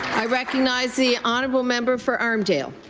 i recognize the honourable member for armdale.